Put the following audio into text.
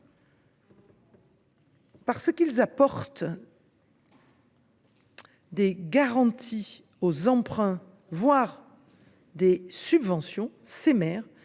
parce qu’ils octroient des garanties aux emprunts, voire des subventions, les maires